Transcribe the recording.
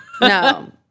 no